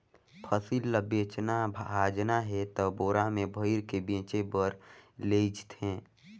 फसिल ल बेचना भाजना हे त बोरा में भइर के बेचें बर लेइज थें